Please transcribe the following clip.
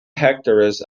hectares